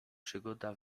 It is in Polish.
przygoda